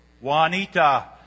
Juanita